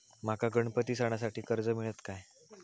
माका गणपती सणासाठी कर्ज मिळत काय?